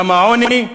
עולם העוני,